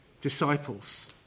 disciples